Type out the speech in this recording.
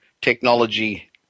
technology